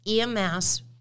EMS